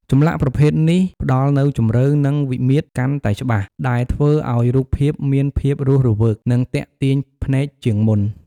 ចម្លាក់ប្រភេទនេះផ្ដល់នូវ ជម្រៅ និងវិមាត្រកាន់តែច្បាស់ ដែលធ្វើឲ្យរូបភាពមានភាពរស់រវើក និងទាក់ទាញភ្នែកជាងមុន។